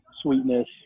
sweetness